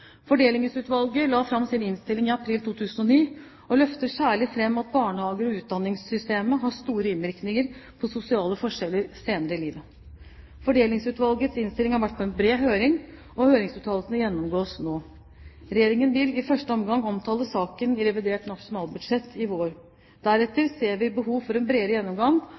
Fordelingsutvalget la fram sin innstilling i april 2009, og løfter særlig fram at barnehager og utdanningssystemet har store innvirkninger på sosiale forskjeller senere i livet. Fordelingsutvalgets innstilling har vært på en bred høring, og høringsuttalelsene gjennomgås nå. Regjeringen vil i første omgang omtale saken i revidert nasjonalbudsjett i vår. Deretter ser vi behov for en bredere gjennomgang,